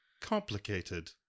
complicated